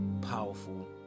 powerful